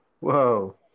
Whoa